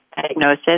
diagnosis